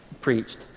preached